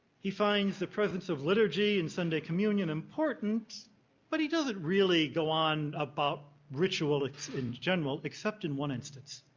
he finds the presence of liturgy in sunday communion important but he doesn't really go on about ritual in general except in one instance.